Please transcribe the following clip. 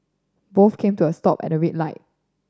both came to a stop at a red light